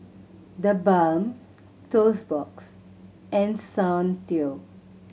TheBalm Toast Box and Soundteoh